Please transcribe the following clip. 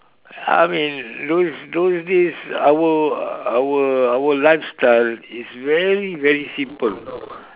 I mean those those days our our our lifestyle is very very simple